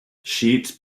sheets